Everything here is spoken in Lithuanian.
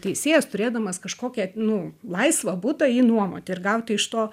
teisėjas turėdamas kažkokią nu laisvą butą jį nuomoti ir gauti iš to